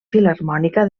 filharmònica